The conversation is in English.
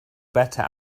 better